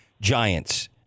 Giants